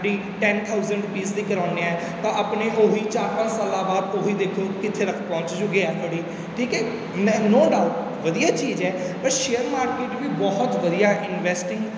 D ten thousand rupees ਦੀ ਕਰਵਾਉਂਦੇ ਹੈ ਤਾਂ ਆਪਣੀ ਉਹ ਹੀ ਚਾਰ ਪੰਜ ਸਾਲਾਂ ਬਾਅਦ ਉਹ ਹੀ ਦੇਖੋ ਕਿੱਥੇ ਤੱਕ ਪਹੁੰਚ ਜੂਗੀ ਐੱਫ ਡੀ ਠੀਕ ਹੈ ਨੋ ਡਾਊਟ ਵਧੀਆ ਚੀਜ਼ ਹੈ ਪਰ ਸ਼ੇਅਰ ਮਾਰਕੀਟ ਵੀ ਬਹੁਤ ਵਧੀਆ ਇਨਵੈਸਟਿੰਗ